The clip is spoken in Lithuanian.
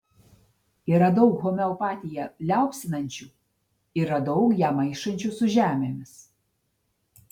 yra daug homeopatiją liaupsinančių yra daug ją maišančių su žemėmis